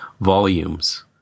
volumes